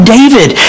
David